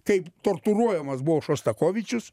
kaip torturuojamas buvo šostakovičius